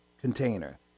container